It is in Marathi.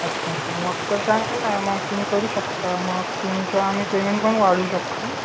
अच्छा अच्छा मग तर चांगलं आहे मग तुम्ही करू शकता मग तुमचं आम्ही पेमेंट पण वाढवू शकतो